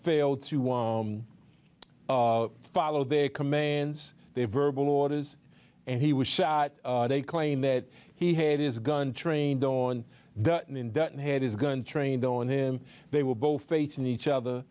failed to one follow their commands they verbal orders and he was shot they claim that he had his gun trained on that and in that had his gun trained on him they were both facing each other